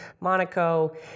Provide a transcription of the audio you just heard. Monaco